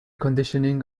conditioning